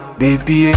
baby